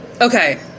Okay